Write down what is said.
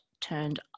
turned